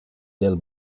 del